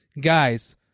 guys